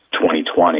2020